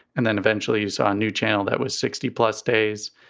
and then eventually saw a new channel that was sixty plus days.